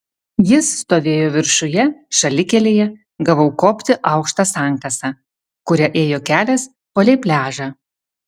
jis stovėjo viršuje šalikelėje gavau kopti aukšta sankasa kuria ėjo kelias palei pliažą